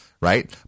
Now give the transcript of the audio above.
Right